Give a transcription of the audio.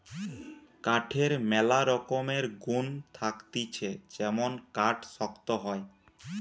কাঠের ম্যালা রকমের গুন্ থাকতিছে যেমন কাঠ শক্ত হয়